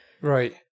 right